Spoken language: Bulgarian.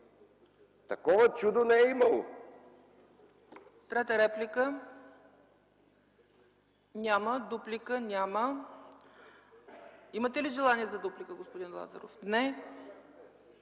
Такова чудо не е имало!